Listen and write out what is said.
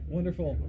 Wonderful